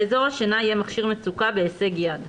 באזור השינה יהיה מכשיר מצוקה בהישג יד,